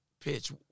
pitch